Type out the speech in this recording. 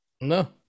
No